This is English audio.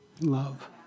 Love